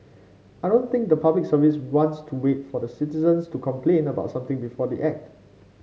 I don't think the Public Service wants to wait for citizens to complain about something before they act